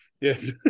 yes